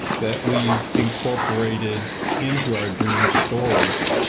that we've incorporated into our dream stories.